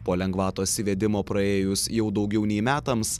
po lengvatos įvedimo praėjus jau daugiau nei metams